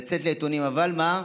לעיתונים, אבל מה?